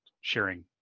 sharing